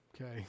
okay